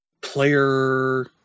player